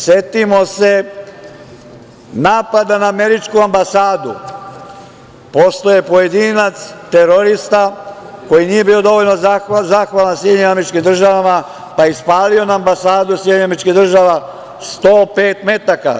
Setimo se napada na američku ambasadu, pošto je pojedinac terorista koji nije bio dovoljno zahvalan SAD pa je ispalio na ambasadu SAD 105 metaka.